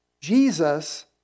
Jesus